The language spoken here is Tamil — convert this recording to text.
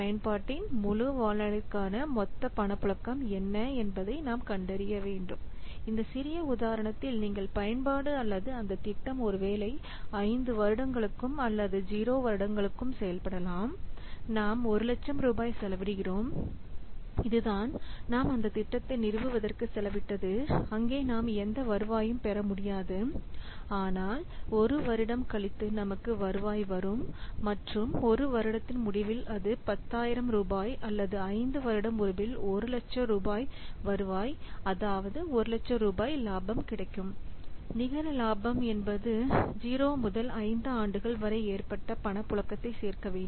பயன்பாட்டின் முழு வாழ்நாளிற்கான மொத்த பண புழக்கம் என்ன என்பதை நாம் கண்டறிய வேண்டும் இந்த சிறிய உதாரணத்தில் நீங்கள் பயன்பாடு அல்லது அந்த திட்டம் ஒருவேளை 5 வருடங்களுக்கும் அல்லது 0 வருடங்களுக்கும் செயல்படலாம் நாம் 100000 ரூபாய் செலவிடுகிறோம் இதுதான் நாம் அந்தத் திட்டத்தை நிறுவுவதற்கு செலவிட்டது அங்கே நாம் எந்த வருவாயும் பெற முடியாது ஆனால் ஒரு வருடம் கழித்து நமக்கு வருவாய் வரும் மற்றும் ஒரு வருடத்தின் முடிவில் அது 10000 ரூபாய் அல்லது ஐந்து வருட முடிவில் 100000 ரூபாய் வருவாய்அதாவது 100000 ரூபாய் இலாபம் கிடைக்கும் நிகர லாபம் என்பது 0 முதல் 5 ஆண்டுகள் வரை ஏற்பட்ட பணப்புழக்கத்தை சேர்க்க வேண்டும்